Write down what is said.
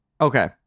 Okay